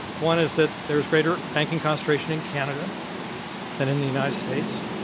one is that there is greater banking concentration in canada than in the united states,